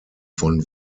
von